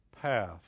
path